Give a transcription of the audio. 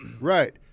right